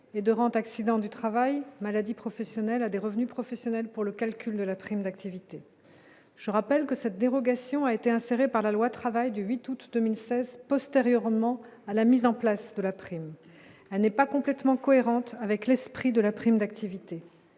et de rentes accidents du travail, maladies professionnelles à des revenus professionnels pour le calcul de la prime d'activité, je rappelle que cette dérogation a été inséré par la loi travail du 8 août 2016 postérieurement à la mise en place de la prime à n'est pas complètement cohérente avec l'esprit de la prime d'activité,